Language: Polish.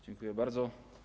Dziękuję bardzo.